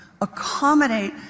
accommodate